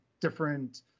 different